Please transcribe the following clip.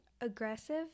aggressive